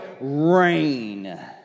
reign